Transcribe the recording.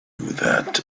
that